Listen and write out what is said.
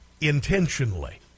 intentionally